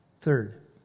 Third